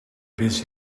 busy